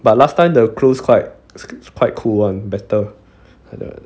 but last time the clues quite quite cool [one] better